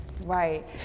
right